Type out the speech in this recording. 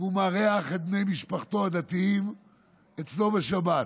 והוא מארח את בני משפחתו הדתיים אצלו בשבת,